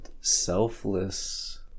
selfless